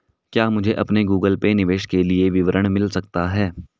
क्या मुझे अपने गूगल पे निवेश के लिए विवरण मिल सकता है?